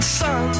sun